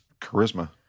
charisma